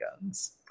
guns